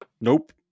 Nope